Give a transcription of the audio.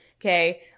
Okay